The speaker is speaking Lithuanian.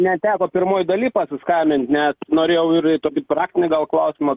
neteko pirmoj daly pasiskambint nes norėjau ir tokį praktinį gal klausimą